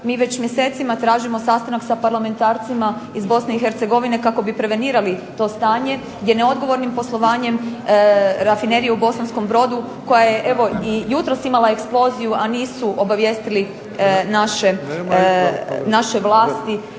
mi već mjesecima tražimo sastanak sa parlamentarcima iz Bosne i Hercegovine kako bi prevenirali to stanje, gdje neodgovornim poslovanjem Rafinerije u Bosanskom Brodu koja je evo i jutros imala eksploziju, a nisu obavijestili naše vlasti